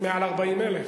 מעל 40,000 שקל.